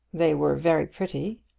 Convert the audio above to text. they were very pretty.